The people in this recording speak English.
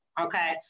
okay